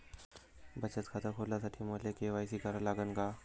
बचत खात खोलासाठी मले के.वाय.सी करा लागन का?